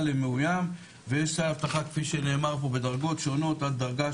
למאויים ויש סל אבטחה כפי שנאמר פה בדרגות שונות עד דרגה